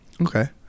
Okay